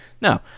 No